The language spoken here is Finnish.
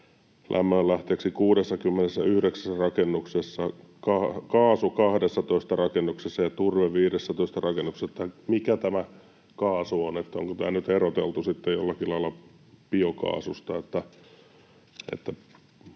lämmönlähteeksi 69 rakennuksessa, kaasu 12 rakennuksessa ja turve 15 rakennuksessa. Mikä tämä kaasu on, onko tämä nyt eroteltu sitten jollakin lailla biokaasusta,